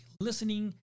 listening